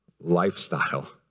lifestyle